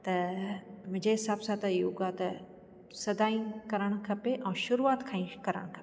त मुंहिंजे हिसाब सां त योगा त सदाईं करणु खपे ऐं शुरूआति खां ई करणु खपे